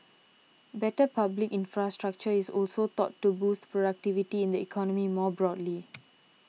better public infrastructure is also thought to boost productivity in the economy more broadly